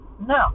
No